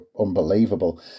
unbelievable